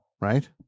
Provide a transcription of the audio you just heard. Right